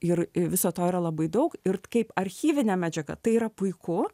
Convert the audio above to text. ir viso to yra labai daug ir kaip archyvinė medžiaga tai yra puiku